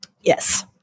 yes